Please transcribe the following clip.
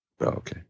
Okay